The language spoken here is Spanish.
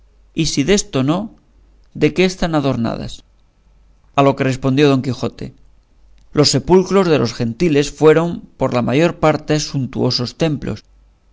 y si desto no de qué están adornadas a lo que respondió don quijote los sepulcros de los gentiles fueron por la mayor parte suntuosos templos